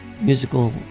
Musical